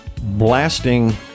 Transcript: blasting